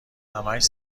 همش